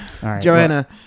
Joanna